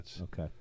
okay